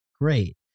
Great